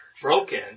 broken